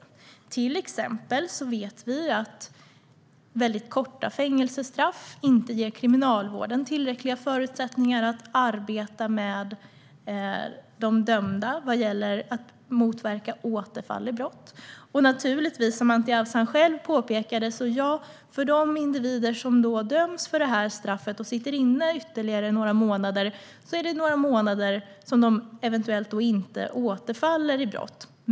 Vi vet till exempel att mycket korta fängelsestraff inte ger kriminalvården tillräckliga förutsättningar att arbeta med de dömda vad gäller att motverka återfall i brott. Som Anti Avsan själv påpekade är det för de individer som döms till detta straff och sitter inne ytterligare några månader naturligtvis några månader som de eventuellt inte återfaller i brott.